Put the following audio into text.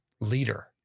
leader